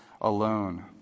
alone